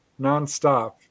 nonstop